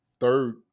third